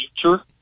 future